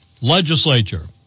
legislature